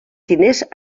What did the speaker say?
diners